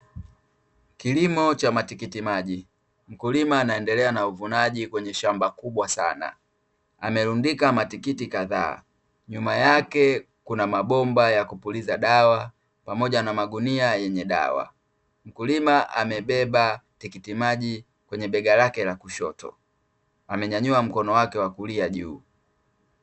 Kilimo cha matikiti maji, mkulima anaendelea na uvunaji kwenye shamba kubwa sana, amerundika matikiti kadhaa nyuma yake kuna mabomba ya kupuliza dawa pamoja na magunia yenye dawa, mkulima amebeba tikiti maji kwenye bega lake la kushoto amenyanyua mkono wake wa kulia juu.